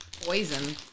poison